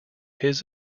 his